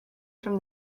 from